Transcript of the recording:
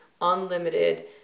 unlimited